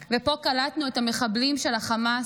ופה קלטנו את המחבלים של החמאס ממש,